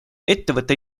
ettevõte